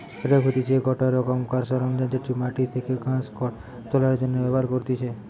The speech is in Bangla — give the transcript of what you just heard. রেক হতিছে গটে রোকমকার সরঞ্জাম যেটি মাটি থেকে ঘাস, খড় তোলার জন্য ব্যবহার করতিছে